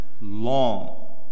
long